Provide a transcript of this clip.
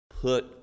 Put